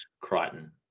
Crichton